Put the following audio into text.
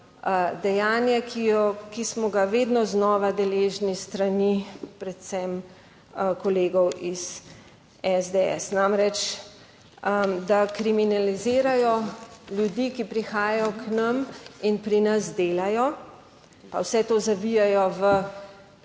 dejanje, ki smo ga vedno znova deležni s strani predvsem kolegov iz SDS, namreč da kriminalizirajo ljudi, ki prihajajo k nam in pri nas delajo, pa vse to zavijejo v